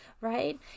right